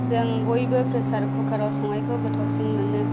जों बयबो प्रेसार कुकाराव संनायखौ गोथावसिन मोनो